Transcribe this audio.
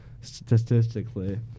statistically